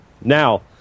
Now